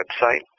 website